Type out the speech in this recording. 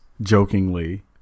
jokingly